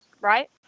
right